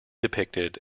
depicted